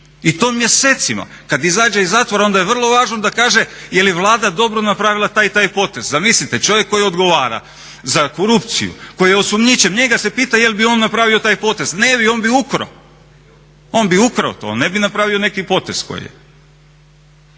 i to mjesecima. Kad izađe iz zatvora onda je vrlo važno da kaže je li Vlada dobro napravila taj i taj potez. Zamislite, čovjek koji odgovara za korupciju, koji je osumnjičen njega se pita je l' bi on napravio taj potez. Ne bi, on bi ukrao. On bi ukrao on, on ne bi napravio neki potez.